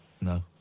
no